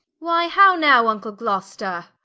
why how now, vnckle gloster?